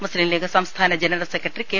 മുസ്ലിം League സംസ്ഥാന general secretary K